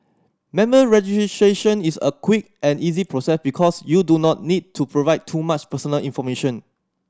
member registration is a quick and easy process because you do not need to provide too much personal information